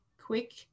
quick